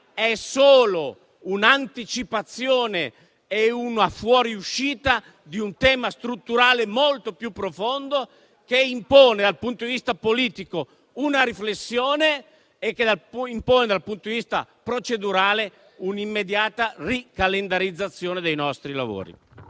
è solo un'anticipazione e una fuoriuscita di un tema strutturale molto più profondo, che impone dal punto di vista politico una riflessione e, dal punto di vista procedurale, un'immediata ricalendarizzazione dei nostri lavori.